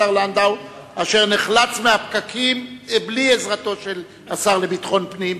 אשר נחלץ מהפקקים בלי עזרתו של השר לביטחון פנים.